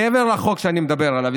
מעבר לחוק שאני מדבר עליו,